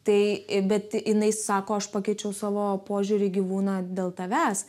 tai bet jinai sako aš pakeičiau savo požiūrį į gyvūną dėl tavęs